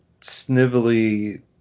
snivelly